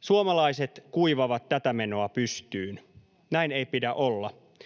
Suomalaiset kuivavat tätä menoa pystyyn. Näin ei pidä olla.